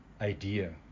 idea